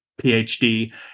PhD